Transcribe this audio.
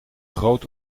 groot